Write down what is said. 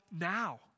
now